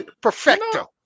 Perfecto